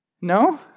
No